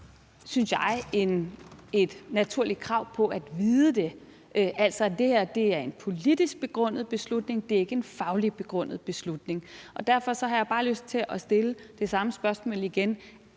har et naturligt krav på at få det at vide, altså at det her er en politisk begrundet beslutning, det er ikke en fagligt begrundet beslutning. Og derfor har jeg bare lyst til at stille det samme spørgsmål igen: